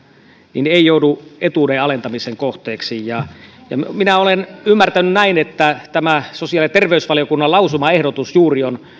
niin ei joudu etuuden alentamisen kohteeksi minä olen ymmärtänyt näin että tämä sosiaali ja terveysvaliokunnan lausumaehdotus juuri on